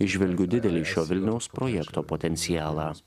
įžvelgiu didelį šio vilniaus projekto potencialą